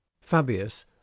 Fabius